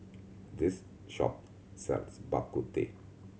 this shop sells Bak Kut Teh